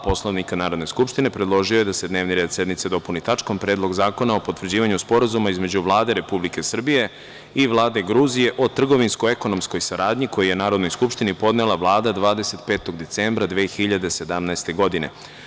Poslovnika Narodne skupštine, predložio je da se dnevni red sednice dopuni tačkom – Predlog zakona o potvrđivanju Sporazuma između Vlade Republike Srbije i Vlade Gruzije o trgovinsko-ekonomskoj saradnji, koji je Narodnoj skupštini podnela Vlada, 25. decembra 2017. godine.